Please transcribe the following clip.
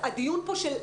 אתמול עשיתי סקר.